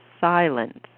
silence